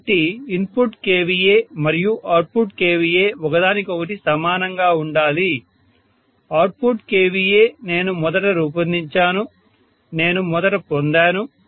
కాబట్టి input kVA మరియు output kVA ఒకదానికొకటి సమానంగా ఉండాలి అవుట్పుట్ kVA నేను మొదట రూపొందించాను నేను మొదట పొందాను